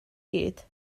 gyd